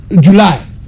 July